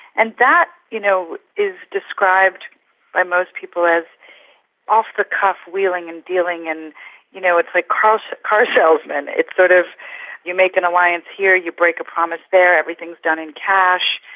and that you know, is described by most people as off the cuff wheeling and dealing and you know, it's like car salesmen it's sort of you make an alliance here, you break a promise there, everything's done in cash.